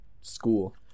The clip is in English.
school